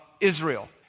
Israel